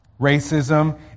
Racism